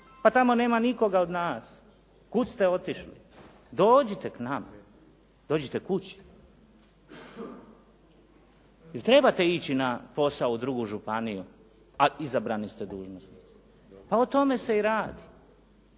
Pa tamo nema nikoga od nas, kud ste otišli. Dođite k nama, dođite kući. Jel trebate ići na posao u drugu županiju, a izabrani ste dužnosnici? Pa o tome se i radi.